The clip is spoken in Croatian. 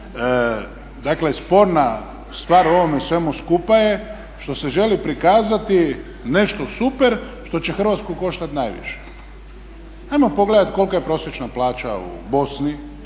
dakle sporna stvar u ovome svemu skupa je što se želi prikazati nešto super što će Hrvatsku koštat najviše. Ajmo pogledat kolika je prosječna plaća u Bosni,